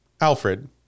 Alfred